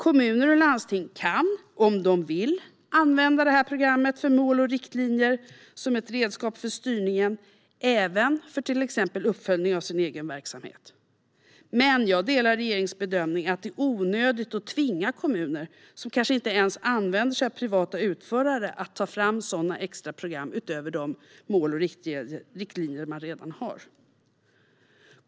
Kommuner och landsting kan, om de vill, använda programmet för mål och riktlinjer som ett redskap för styrningen även för till exempel uppföljning av sin egen verksamhet. Jag delar dock regeringens bedömning att det är onödigt att tvinga kommuner som kanske inte ens använder sig av privata utförare att ta fram sådana extra program utöver de mål och riktlinjer de redan har.